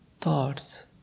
thoughts